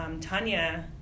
Tanya